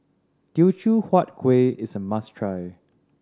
Teochew Huat Kuih is a must try